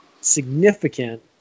significant